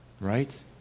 Right